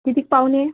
किती पाहुणे